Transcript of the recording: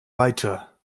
weiter